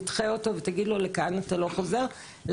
תדחה אותו ותגיד לו: לכאן אתה לא חוזר לעולם.